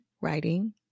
writing